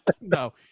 No